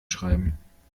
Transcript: schreiben